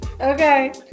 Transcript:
Okay